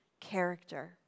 character